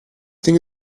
think